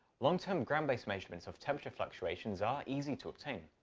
long-term ground-based measurements of temperature fluctuations are easy to obtain.